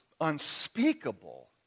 unspeakable